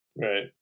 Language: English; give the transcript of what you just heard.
Right